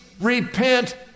repent